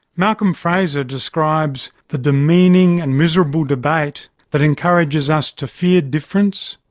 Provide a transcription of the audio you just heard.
malcolm fraser describes the demeaning and miserable debate that encourages us to fear difference,